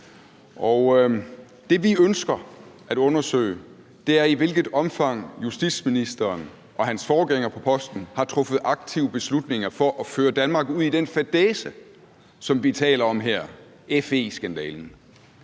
som vi ønsker at undersøge, er, i hvilket omfang justitsministeren og hans forgænger på posten har truffet aktive beslutninger for at føre Danmark ud i den fadæse, som vi her taler om, nemlig FE-skandalen,